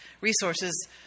resources